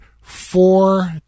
four